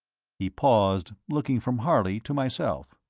he paused, looking from harley to myself.